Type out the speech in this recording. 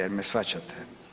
Jel' me shvaćate?